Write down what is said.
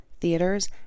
theaters